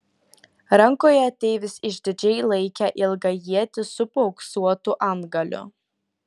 rankoje ateivis išdidžiai laikė ilgą ietį su paauksuotu antgaliu